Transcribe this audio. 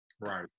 Right